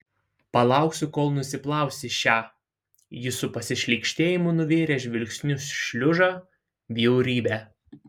palauksiu kol nusiplausi šią jis su pasišlykštėjimu nuvėrė žvilgsniu šliužą bjaurybę